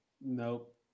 Nope